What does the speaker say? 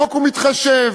החוק מתחשב.